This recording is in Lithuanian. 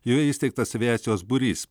joje įsteigtas aviacijos būrys